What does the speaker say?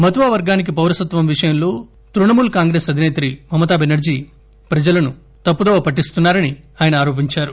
మతువా వర్గానికి పౌరసత్వం విషయంలో తృణమూల్ కాంగ్రెస్ అధిసేత్రి మమతా బెనర్లీ ప్రజలను తప్పుదోవ పట్టిస్తున్నా రని ఆయన ఆరోపించారు